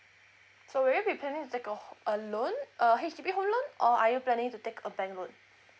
so were you be planning to take a loan a H_D_B home loan or are you planning to take a banl loan